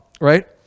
right